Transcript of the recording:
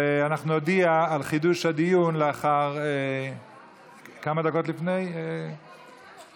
נודיע על חידוש הדיון חמש דקות לפני פתיחת